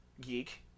geek